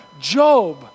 Job